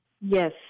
Yes